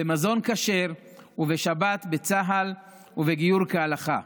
במזון כשר, בשבת, בצה"ל ובגיור כהלכה.